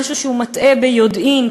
משהו שהוא מטעה ביודעין,